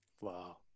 Wow